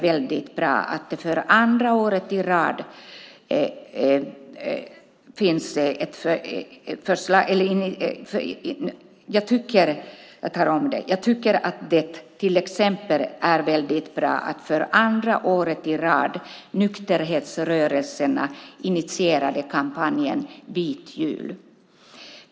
Jag tycker att det till exempel är väldigt bra att för andra året i rad nykterhetsrörelserna initierade kampanjen Vit jul.